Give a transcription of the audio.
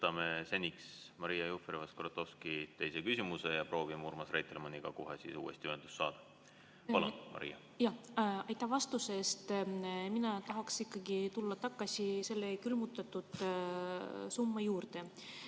võtame seniks Maria Jufereva-Skuratovski teise küsimuse ja proovime Urmas Reitelmanniga seejärel uuesti ühendust saada. Palun, Maria! Aitäh vastuse eest! Mina tahaks tulla tagasi selle külmutatud summa juurde.